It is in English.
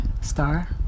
star